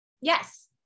Yes